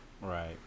Right